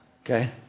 okay